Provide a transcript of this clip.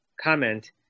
comment